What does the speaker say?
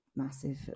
massive